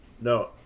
No